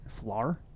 Flar